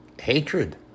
hatred